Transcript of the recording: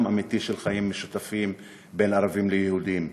אמיתי של חיים משותפים בין ערבים ליהודים?